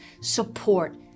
support